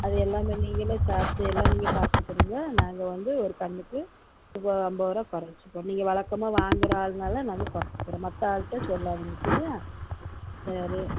அது எல்லாமே நீங்களே சார்ஜ் எல்லாம் நீங்கள் பார்த்துக்கருங்க நாங்கள் வந்து ஒரு கன்றுக்கு கிலோ ஐம்பதுருவா குறைச்சிப்போம் நீங்க வழக்கமா வாங்குகிற ஆள்னால நாங்கள் குறைச்சிக்கிறோம் மற்ற ஆள்கிட்ட சொல்லாதிங்க சரியா சரி